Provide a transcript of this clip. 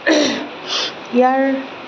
ইয়াৰ